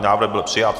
Návrh byl přijat.